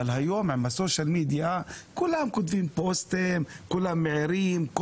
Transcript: אבל היום כולם כותבים פוסטים, כולם מעירים.